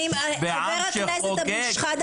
חבר הכנסת אבו שחאדה,